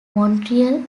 montreal